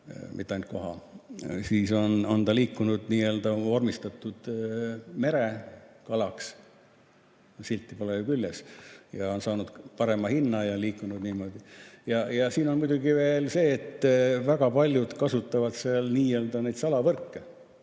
siis on ta vormistatud merekalaks. Silti pole ju küljes. See on saanud parema hinna ja liikunud niimoodi. Siin on muidugi veel see, et väga paljud kasutavad seal nii-öelda salavõrke.